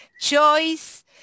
choice